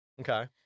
Okay